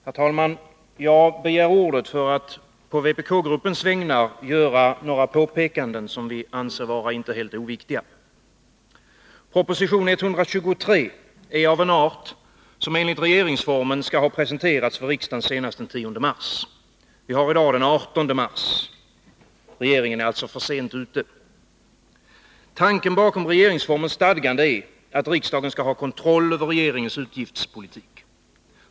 Herr talman! Jag begär ordet för att på vpk-gruppens vägnar göra vissa påpekanden, som vi anser vara inte helt oviktiga. Proposition 123 är av en art som enligt regeringsformen skall ha presenterats för riksdagen senast den 10 mars. Vi har i dag den 18 mars. Regeringen är alltså för sent ute. Tanken bakom regeringsformens stadgande är att riksdagen skall ha kontroll över regeringens utgiftspolitik.